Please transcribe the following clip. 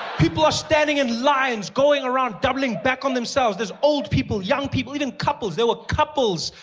people are standing in lines going around, doubling back on themselves. there's old people, young people, even couples. there were couples.